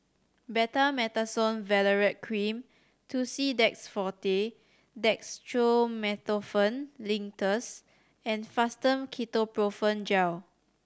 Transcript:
Betamethasone Valerate Cream Tussidex Forte Dextromethorphan Linctus and Fastum Ketoprofen Gel